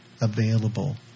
available